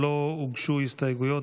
לא הוגשו הסתייגויות,